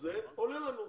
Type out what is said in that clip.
זה עונה לנו.